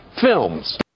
films